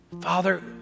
Father